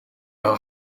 dan